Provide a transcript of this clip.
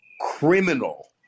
criminal